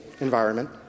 environment